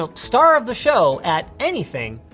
ah star of the show at anything,